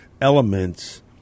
elements